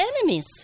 enemies